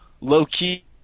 low-key